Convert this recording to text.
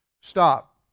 Stop